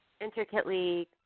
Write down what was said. intricately